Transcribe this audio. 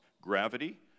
gravity